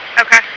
Okay